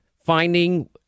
Finding